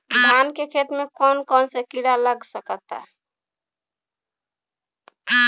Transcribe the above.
धान के खेती में कौन कौन से किड़ा लग सकता?